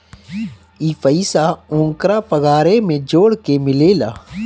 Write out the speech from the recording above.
ई पइसा ओन्करा पगारे मे जोड़ के मिलेला